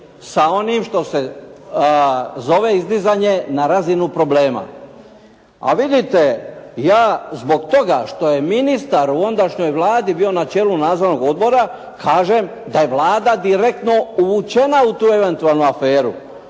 sa onim što se zove izdizanje na razinu problema. A vidite ja zbog toga što je ministar u ondašnjoj Vladi bio na čelu nadzornog odbora kažem da je Vlada direktno uvučena u tu eventualnu aferu,